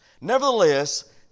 Nevertheless